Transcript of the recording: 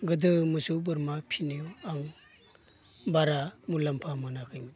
गोदो मोसौ बोरमा फिसिनायाव आं बारा मुलाम्फा मोनाखैमोन